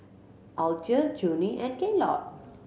Alger Junie and Gaylord